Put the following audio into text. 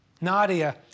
Nadia